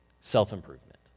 self-improvement